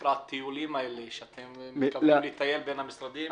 שנקרא הטיולים האלה שאתם מתכוונים לטייל בין המשרדים,